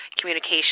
communication